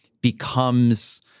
becomes